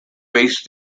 based